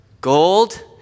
gold